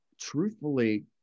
truthfully